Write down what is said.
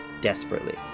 desperately